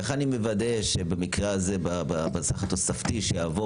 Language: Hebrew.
איך אני מוודא שבמקרה הזה בסך התוספתי שיעבור